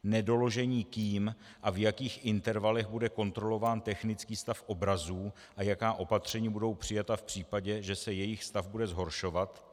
nedoložení kým a v jakých intervalech bude kontrolován technický stav obrazů a jaká opatření budou přijata v případě, že se jejich stav bude zhoršovat;